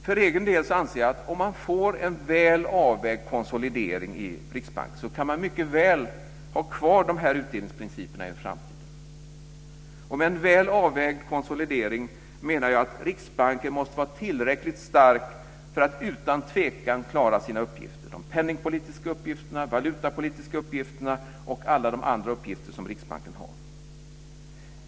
För egen del anser jag om man får en väl avvägd konsolidering i Riksbanken kan man mycket väl ha kvar de här utdelningsprinciperna i framtiden. Med en väl avvägd konsolidering menar jag att Riksbanken måste vara tillräckligt stark för att utan tvekan klara sina uppgifter, de penningpolitiska och valutapolitiska uppgifterna och alla de andra uppgifter som Riksbanken har.